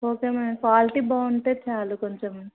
okay ma'am quality బాగుంటే చాలు కొంచెం